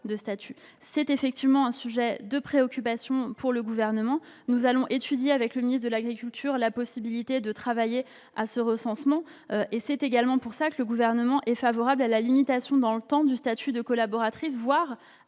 remis. C'est un sujet de préoccupation pour le Gouvernement. Nous étudierons avec le ministre de l'agriculture la possibilité de travailler à un recensement. C'est pour cette raison que le Gouvernement est favorable à la limitation dans le temps du statut de collaboratrice, voire